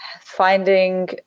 Finding